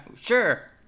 Sure